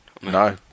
No